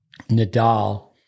Nadal